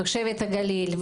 תושבת הגליל,